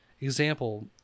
Example